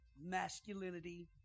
masculinity